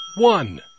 one